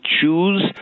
choose